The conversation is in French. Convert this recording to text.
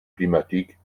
climatique